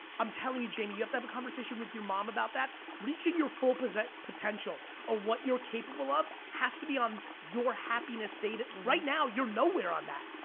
i'm telling you jamie, you have to have a conversation with your mom about that. reaching your full potential or what you're capable of, has to be on your happiness stated. right now, you're nowhere on that.